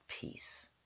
peace